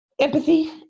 empathy